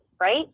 Right